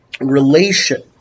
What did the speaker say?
relation